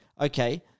okay